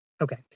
Okay